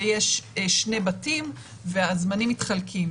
ויש שני בתים והזמנים מתחלקים.